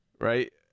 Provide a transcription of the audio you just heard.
right